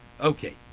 Okay